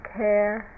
care